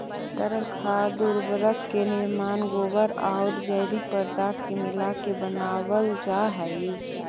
तरल खाद उर्वरक के निर्माण गोबर औउर जैविक पदार्थ के मिलाके बनावल जा हई